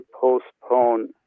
postpone